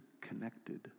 connected